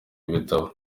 ibitabo